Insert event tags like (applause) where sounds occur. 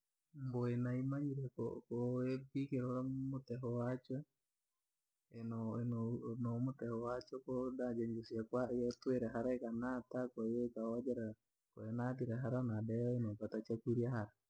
Mboha naimanyire koko waipikire wa mutehe wachwe no- no- no ure mutehe wachwe dade isiyochere nate (unintelligible) ikareta kwahiyo ikahojera ma ika hojera chakuria hara.